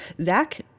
Zach